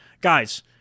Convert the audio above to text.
guys